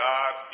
God